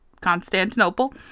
Constantinople